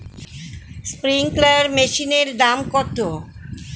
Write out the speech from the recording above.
Sprinkler মেশিনের দাম কত?